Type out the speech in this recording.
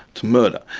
to murder,